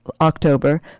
October